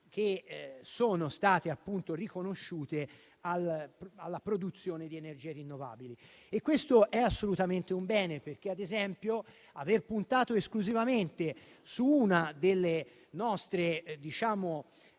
che sono state riconosciute alla produzione di energie rinnovabili. Questo è assolutamente un bene, perché, ad esempio, aver puntato esclusivamente su una delle nostre capacità